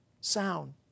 sound